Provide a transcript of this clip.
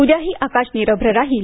उद्याही आकाश निरभ्र राहील